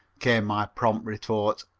came my prompt retort.